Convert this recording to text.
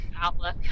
outlook